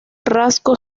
rasgo